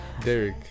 Derek